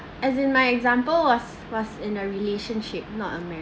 as in my example was was in a relationship not a